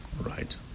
Right